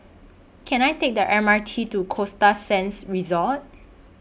Can I Take The M R T to Costa Sands Resort